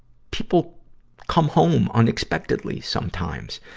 people come home unexpectedly sometimes.